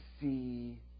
see